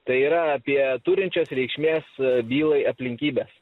tai yra apie turinčias reikšmės bylai aplinkybes